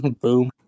boom